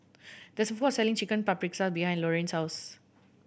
there is a food court selling Chicken Paprikas behind Loriann's house